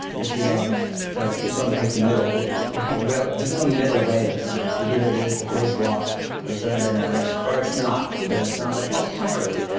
but you don't so you don't take the middle well, there's no middle way in science. it either is the first law of thermodynamics or it's not. but it's not, like, well, sort of.